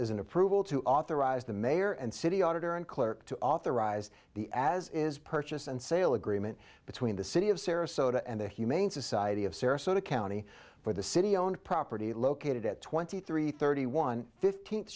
an approval to authorize the mayor and city auditor and clerk to authorize the as is purchase and sale agreement between the city of sarasota and the humane society of sarasota county for the city owned property located at twenty three thirty one fifteenth